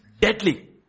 deadly